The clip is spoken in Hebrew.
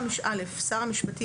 שר המשפטים,